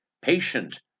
patient